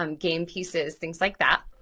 um game pieces, things like that.